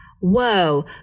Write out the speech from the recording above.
Whoa